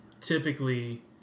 typically